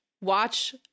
watch